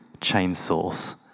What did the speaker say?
chainsaws